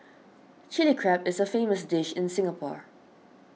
Chilli Crab is a famous dish in Singapore